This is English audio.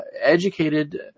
educated